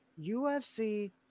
UFC